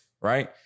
right